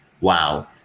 wow